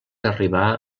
arribar